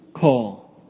call